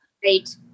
Great